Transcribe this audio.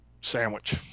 sandwich